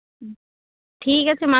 ᱦᱮᱸ ᱴᱷᱤᱠ ᱟᱪᱪᱷᱮ ᱢᱟ